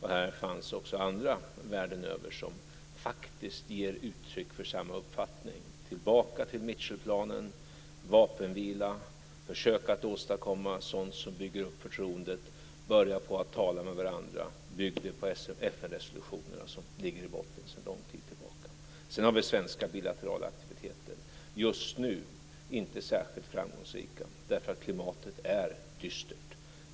Här fanns också andra världen över som faktiskt gav uttryck för samma uppfattning: Tillbaka till Mitchellplanen, vapenvila, försök att åstadkomma sådant som bygger upp förtroendet, börja tala med varandra och bygg det på FN-resolutionerna som ligger i botten sedan lång tid tillbaka. Sedan har vi svenska bilaterala aktiviteter. Just nu är de inte särskilt framgångsrika därför att klimatet är dystert.